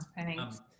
thanks